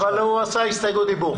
אבל הוא עשה הסתייגות דיבור.